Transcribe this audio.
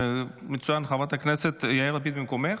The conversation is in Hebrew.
חברת הכנסת, יאיר לפיד במקומך?